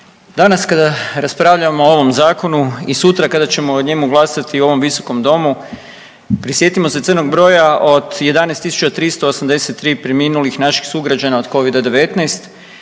Danas kada raspravljamo o ovom zakonu i sutra kada ćemo o njemu glasati u ovom visokom domu prisjetimo se crnog broja od 11.383 preminulih naših sugrađana od Covida-19,